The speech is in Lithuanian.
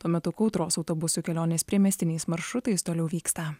tuo metu kautros autobusų kelionės priemiestiniais maršrutais toliau vyksta